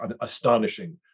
astonishing